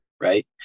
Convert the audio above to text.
Right